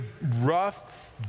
rough